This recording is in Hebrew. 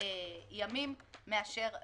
ימים מאשר לממשלה.